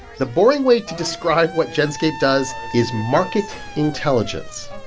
the boring way to describe what genscape does is market intelligence.